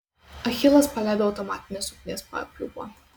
achilas paleido automatinės ugnies papliūpą